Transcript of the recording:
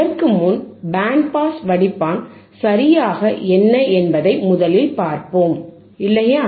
அதற்கு முன் band pass வடிப்பான் சரியாக என்ன என்பதை முதலில் பார்ப்போம் இல்லையா